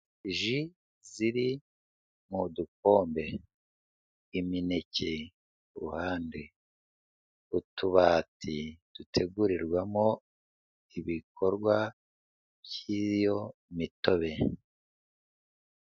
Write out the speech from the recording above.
Ji ziri mu dukombe imineke, ku ruhande utubati dutegurirwamo ibikorwa by'iyo mitobe.